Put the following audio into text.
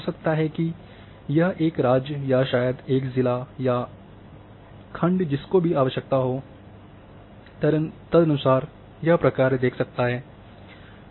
हो सकता है किचयह एक राज्य या शायद एक जिला या खंड जिसको भी आवश्यकता हो तदनुसार यह प्रकार्य देख सकता है